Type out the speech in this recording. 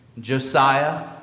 Josiah